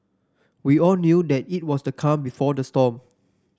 we all knew that it was the calm before the storm